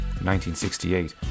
1968